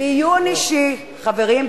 דיון אישי, חברים.